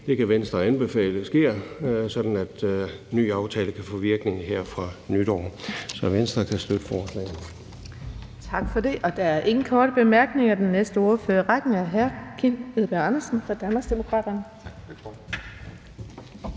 Det kan Venstre anbefale sker, sådan at den nye aftale kan få virkning her fra nytår. Så Venstre kan støtte forslaget. Kl. 15:06 Den fg. formand (Birgitte Vind): Tak for det. Der er ingen korte bemærkninger. Den næste ordfører er hr. Kim Edberg Andersen fra Danmarksdemokraterne.